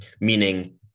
Meaning